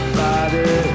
body